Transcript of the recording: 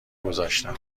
گذاشتم